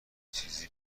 چیزی